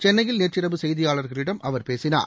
சென்னையில் நேற்றிரவு செய்தியாளர்களிடம் அவர் பேசினார்